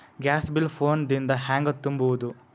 Gas bill phone ದಿಂದ ಹ್ಯಾಂಗ ತುಂಬುವುದು?